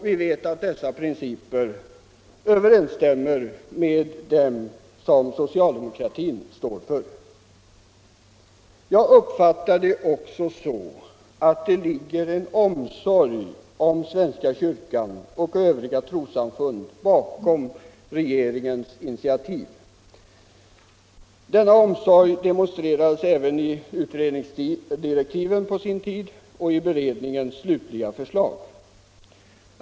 Vi vet att dessa principer överensstämmer med dem som socialdemokratin står för. Jag uppfattar också att det ligger en omsorg om svenska kyrkan och övriga trossamfund bakom regeringens initiativ. Denna omsorg demonstrerades även i utredningsdirektiven på sin tid och i beredningens slutliga förslag.